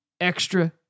extra